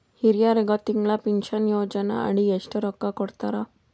ಹಿರಿಯರಗ ತಿಂಗಳ ಪೀನಷನಯೋಜನ ಅಡಿ ಎಷ್ಟ ರೊಕ್ಕ ಕೊಡತಾರ?